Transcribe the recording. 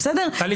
בסדר --- טלי,